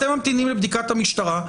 אתם ממתינים לבדיקת המשטרה,